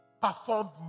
performed